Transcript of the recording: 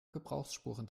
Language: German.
gebrauchsspuren